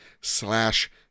slash